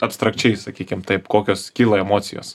abstrakčiai sakykim taip kokios kyla emocijos